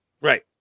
Right